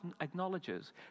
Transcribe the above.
acknowledges